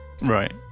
Right